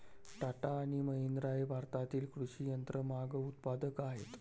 टाटा आणि महिंद्रा हे भारतातील कृषी यंत्रमाग उत्पादक आहेत